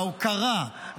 ההוקרה,